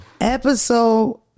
episode